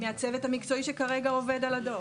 מהצוות המקצועי שכרגע עובד על הדוח.